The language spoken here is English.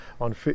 on